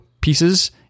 pieces